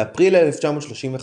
באפריל 1935,